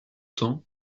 temps